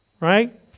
Right